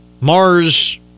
Mars